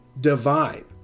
divine